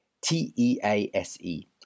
T-E-A-S-E